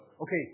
Okay